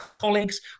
colleagues